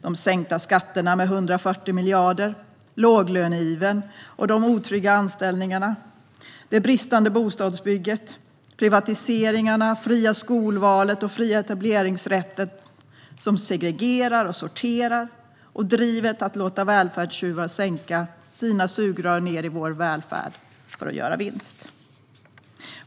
Jag talar om skattesänkningarna på 140 miljarder, låglöneivern och de otrygga anställningarna, det bristande bostadsbyggandet, privatiseringarna, det fria skolvalet och den fria etableringsrätten som segregerar och sorterar och drivet att låta välfärdstjuvar sänka ned sina sugrör i vår välfärd för att göra vinst.